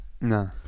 No